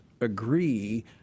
agree